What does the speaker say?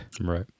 right